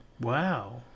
wow